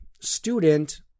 Student